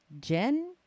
Jen